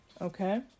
Okay